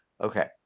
Okay